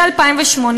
מ-2008,